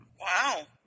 Wow